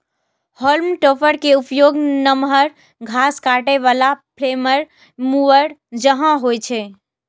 हाल्म topper के उपयोग नमहर घास काटै बला फ्लेम मूवर जकां होइ छै